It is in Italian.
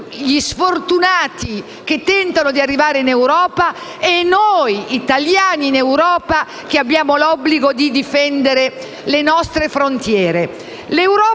agli sfortunati che tentano di arrivare in Europa e a noi italiani che, in Europa, abbiamo l'obbligo di difendere le nostre frontiere.